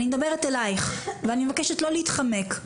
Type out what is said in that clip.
ואני מבקשת לא להתחמק,